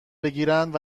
بگیرند